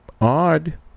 odd